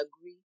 agree